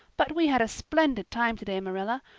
but we had a splendid time today, marilla.